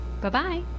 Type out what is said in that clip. Bye-bye